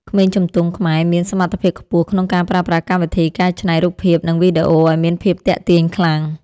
ក្មេងជំទង់ខ្មែរមានសមត្ថភាពខ្ពស់ក្នុងការប្រើប្រាស់កម្មវិធីកែច្នៃរូបភាពនិងវីដេអូឱ្យមានភាពទាក់ទាញខ្លាំង។